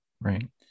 Right